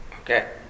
Okay